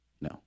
no